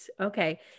Okay